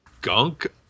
gunk